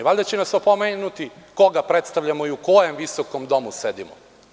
Valjda će nas to opomenuti koga predstavljamo i u kojem visokom domu sedimo.